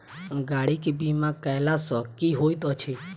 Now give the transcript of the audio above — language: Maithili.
गाड़ी केँ बीमा कैला सँ की होइत अछि?